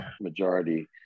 majority